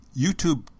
YouTube